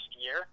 year